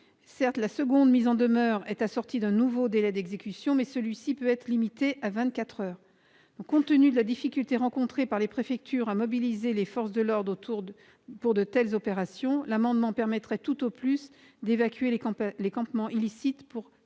Certes, la seconde mise en demeure est assortie d'un nouveau délai d'exécution, mais celui-ci peut être limité à vingt-quatre heures. Compte tenu de la difficulté rencontrée par les préfectures à mobiliser les forces de l'ordre pour de telles opérations, la mesure proposée permettrait, tout au plus, d'évacuer les campements illicites quelques